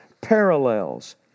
parallels